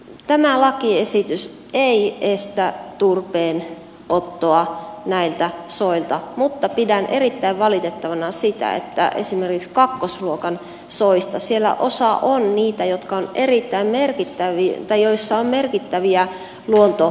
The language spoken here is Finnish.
tämä lakiesitys ei estä turpeenottoa näiltä soilta mutta pidän erittäin valitettavana sitä että esimerkiksi kakkosluokan soista siellä osa on niitä jotka on erittäin merkittäviä tai joissa on merkittäviä luontokohteita